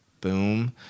boom